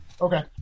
Okay